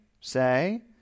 say